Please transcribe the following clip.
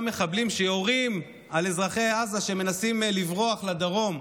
מחבלים שיורים על אזרחי עזה שמנסים לברוח לדרום,